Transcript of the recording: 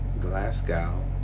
Glasgow